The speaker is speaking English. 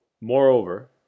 Moreover